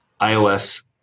iOS